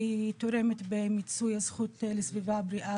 היא תורמת במיצוי הזכות לסביבה בריאה